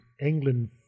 England